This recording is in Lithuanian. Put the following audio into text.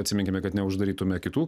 atsiminkime kad neuždarytume kitų